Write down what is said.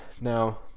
now